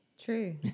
True